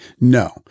No